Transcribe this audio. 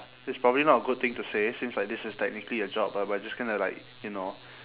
it's probably not a good thing to say since like this is technically a job but we're just gonna like you know